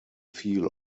feel